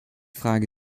frage